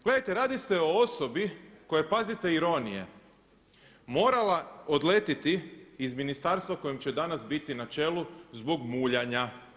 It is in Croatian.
Gledajte, radi se o osobi koja je pazite ironije morala odletiti iz ministarstva kojem će danas biti na čelu zbog muljanja.